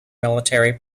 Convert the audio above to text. military